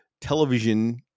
television